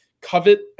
covet